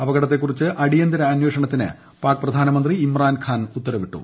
അപകടത്തെക്കുറിച്ച് അടിയന്തര അന്വേഷണത്തിന് പാക് പ്രധാനമന്ത്രി ഇമ്രാൻ ഖാൻ ഉത്തരവിട്ടു